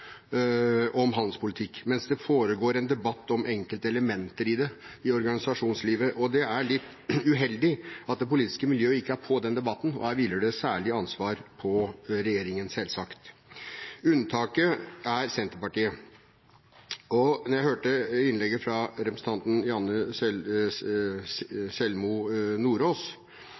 mens det foregår en debatt blant enkelte i organisasjonslivet. Det er litt uheldig at det politiske miljøet ikke er «på» i den debatten. Her hviler det et særlig ansvar på regjeringen, selvsagt. Unntaket er Senterpartiet. Da jeg hørte innlegget fra representanten Janne